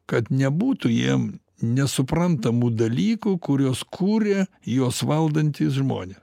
kad nebūtų jiem nesuprantamų dalykų kuriuos kūrė juos valdantys žmonės